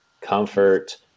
comfort